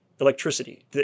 electricity